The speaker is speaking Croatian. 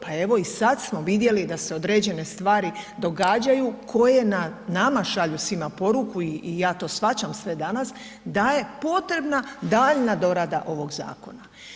Pa evo i sad smo vidjeli da se određene stvari događaju koje nama šalju svima poruku i ja to shvaćam sve danas, da je potrebna daljnja dorada ovog zakona.